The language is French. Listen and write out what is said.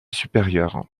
supérieure